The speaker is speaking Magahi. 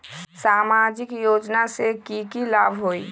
सामाजिक योजना से की की लाभ होई?